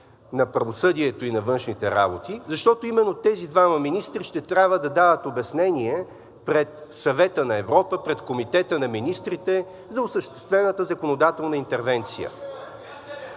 на правосъдието, и на външните работи, защото именно тези двама министри ще трябва да дават обяснение пред Съвета на Европа, пред Комитета на министрите за осъществената законодателна интервенция…